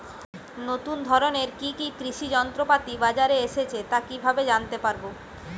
নতুন ধরনের কি কি কৃষি যন্ত্রপাতি বাজারে এসেছে তা কিভাবে জানতেপারব?